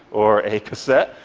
or a cassette,